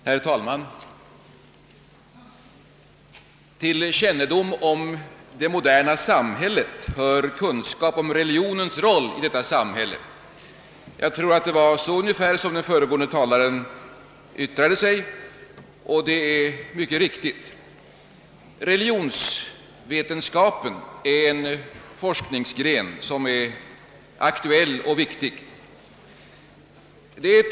Herr talman! Till kännedom om det moderna samhället hör kunskap om religionens roll. Jag tror att det var ungefär så den föregående talaren yttrade sig, och det är mycket viktigt. Religionskunskapen är en aktuell och viktig forskningsgren.